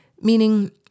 Meaning